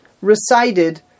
recited